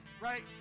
right